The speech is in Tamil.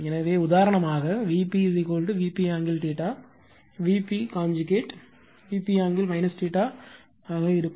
ஏனெனில் உதாரணமாக Vp Vp angle Vp conjugate Vp angle ஆக இருக்கும்